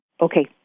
Okay